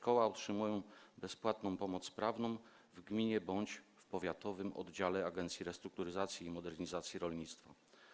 Koła otrzymują bezpłatną pomoc prawną w gminie bądź w powiatowym oddziale Agencji Restrukturyzacji i Modernizacji Rolnictwa.